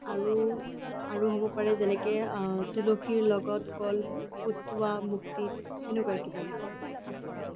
আৰু আৰু হ'ব পাৰে যেনেকে তুলসীৰ লগত কলপটুৱা মুক্তি সেনেকুৱা কিবাকিবি আছে